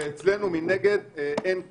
ואצלנו מנגד אין כלום.